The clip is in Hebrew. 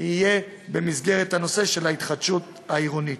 יהיה במסגרת הנושא של ההתחדשות העירונית.